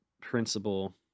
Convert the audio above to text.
principle